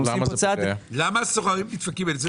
עושים פה צעד --- למה השוכרים נדפקים מזה?